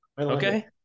Okay